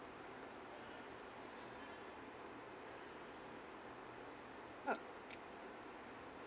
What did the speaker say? oh